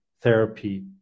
therapy